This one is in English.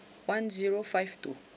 one zero five two